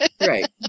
Right